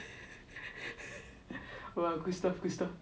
crystal crystal